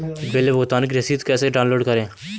Bill भुगतान की रसीद कैसे डाउनलोड करें?